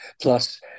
Plus